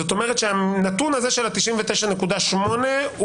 זאת אומרת שהנתון הזה של 99.8% הוא